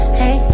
hey